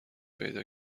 پیدا